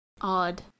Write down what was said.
Odd